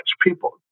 people